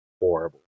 horrible